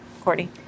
Courtney